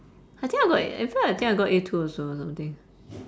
I think I got in fact I think I got a two also or something